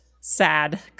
sad